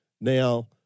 Now